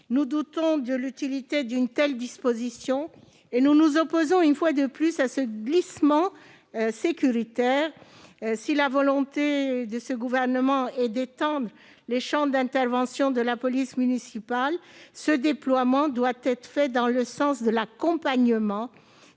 Nous doutons de l'utilité d'une telle disposition, et une fois de plus, nous nous opposons à ce glissement sécuritaire. Si la volonté de ce gouvernement est d'étendre les champs d'intervention de la police municipale, cela doit être fait dans le sens de l'accompagnement,